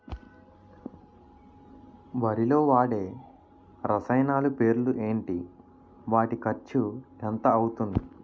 వరిలో వాడే రసాయనాలు పేర్లు ఏంటి? వాటి ఖర్చు ఎంత అవతుంది?